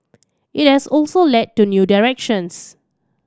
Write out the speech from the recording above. it has also led to new directions